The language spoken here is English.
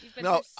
No